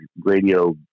radio